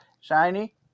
Shiny